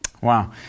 Wow